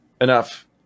enough